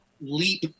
leap